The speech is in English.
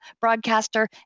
broadcaster